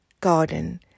garden